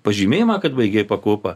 pažymėjimą kad baigei pakopą